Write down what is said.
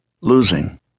losing